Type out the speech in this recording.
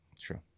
true